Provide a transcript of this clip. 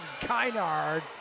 Kynard